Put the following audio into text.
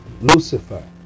Lucifer